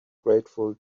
grateful